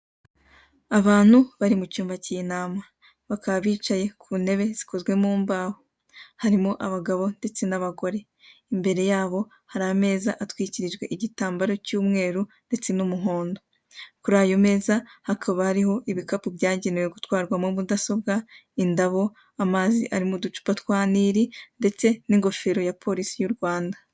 Abantu bari mu cyuma cy'inama, bakaba bicaye ku ntebe zikozwe mu mbaho, harimo abagabo ndetse n'abagore, imbere yabo hari ameza atwikirijwe igitambaro cy'umweru ndetse n'umuhondo, kuri ayo meza hakaba hariho ibikapu byagenewe gutwarwamo mudasobwa, indabo, amazi ari mu ducupa twa nili, ndetse n'ingofero ya polise y'u Rwanda.